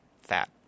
fat